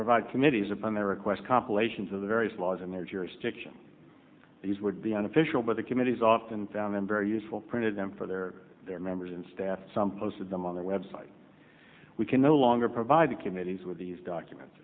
provide committees upon their request compilations of the various laws in their jurisdiction these would be unofficial but the committees often found them very useful printed them for their their members and staff some posted them on their website we can no longer provide the committee's with these documents